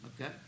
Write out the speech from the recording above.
okay